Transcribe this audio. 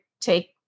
take